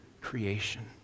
creation